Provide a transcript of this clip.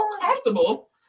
comfortable